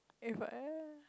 if I e~